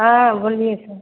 हाँ बोलिये